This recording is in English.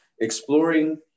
exploring